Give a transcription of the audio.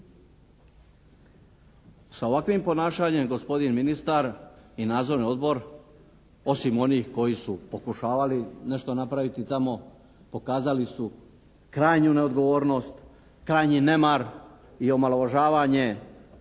Sa ovakvim ponašanjem gospodin ministar i nadzorni odbor osim onih koji su pokušavali nešto napraviti tamo pokazali su krajnju neodgovornost, krajnji nemar i omalovažavanje